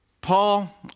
Paul